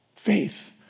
Faith